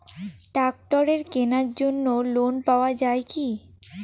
ট্রাক্টরের কেনার জন্য লোন পাওয়া যায় কি?